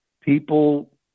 people